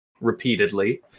repeatedly